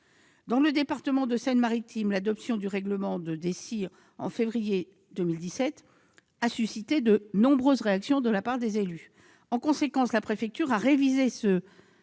Dans le département de la Seine-Maritime, l'adoption du règlement de la DECI en février 2017 a suscité de nombreuses réactions de la part des élus. En conséquence, la préfecture l'a révisé en